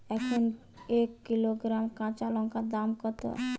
এখন এক কিলোগ্রাম কাঁচা লঙ্কার দাম কত?